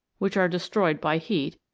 which are destroyed by heat,